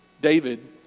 David